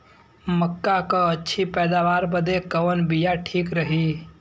मक्का क अच्छी पैदावार बदे कवन बिया ठीक रही?